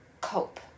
cope